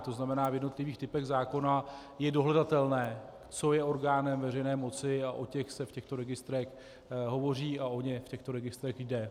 To znamená, v jednotlivých typech zákona je dohledatelné, co je orgánem veřejné moci, a o těch se v těchto registrech hovoří a o ně v těchto registrech jde.